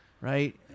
right